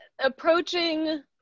approaching